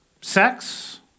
sex